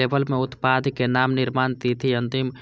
label मे उत्पादक नाम, निर्माण तिथि, अंतिम